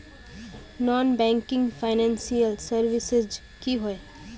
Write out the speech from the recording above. Non banking financial services की होय?